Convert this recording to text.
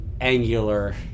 angular